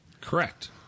Correct